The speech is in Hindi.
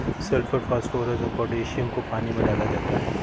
सल्फर फास्फोरस और पोटैशियम को पानी में डाला जाता है